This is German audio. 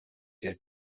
der